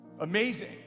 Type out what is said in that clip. Amazing